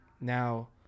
now